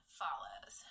follows